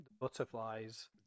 butterflies